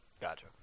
gotcha